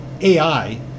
AI